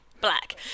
Black